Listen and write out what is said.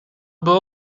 była